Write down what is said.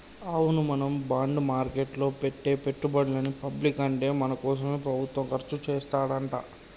అవును మనం బాండ్ మార్కెట్లో పెట్టే పెట్టుబడులని పబ్లిక్ అంటే మన కోసమే ప్రభుత్వం ఖర్చు చేస్తాడంట